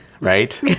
right